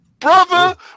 brother